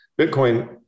Bitcoin